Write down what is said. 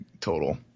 total